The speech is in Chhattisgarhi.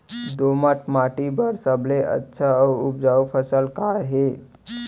दोमट माटी बर सबले अच्छा अऊ उपजाऊ फसल का हे?